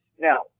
Now